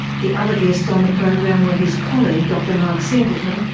the other guests on the program were his colleague, dr mark singleton,